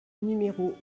numéros